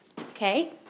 okay